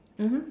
mmhmm